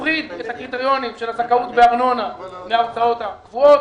להפריד את הקריטריונים של הזכאות בארנונה מההוצאות הקבועות.